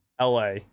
LA